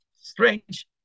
strange